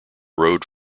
road